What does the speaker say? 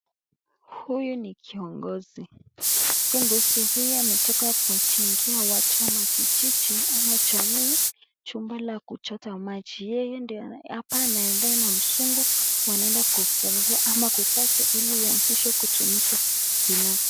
Huyu ni kiongozi. Kiongozi huyu ametoka kuwajengea watu ama kijiji ama jamii chumba la kuchota maji hapa wanaenda na mzungu wanaenda kufungua ama kukata ili ianzishwe kutumika rasmi.